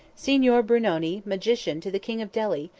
signor brunoni, magician to the king of delhi,